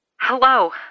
Hello